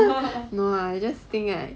no lah I just think that